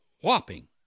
whopping